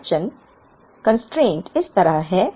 अड़चन इस तरह है